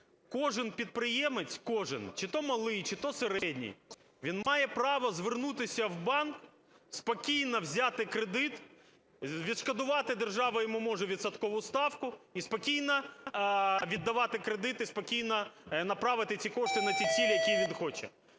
Кожен підприємець, кожен, чи то малий, чи то середній, він має право звернутися в банк, спокійно взяти кредит, відшкодувати держава йому може відсоткову ставку, і спокійно віддавати кредити, спокійно направити ці кошти на ті цілі, які він хоче.